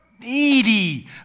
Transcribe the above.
needy